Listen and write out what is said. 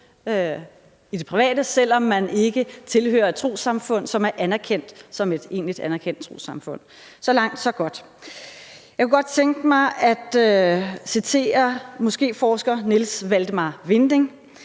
i det private, selv om man ikke tilhører et trossamfund, som er et egentlig anerkendt trossamfund. Så langt så godt. Jeg kunne godt tænke mig at citere moskéforsker Niels Valdemar Vinding